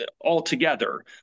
altogether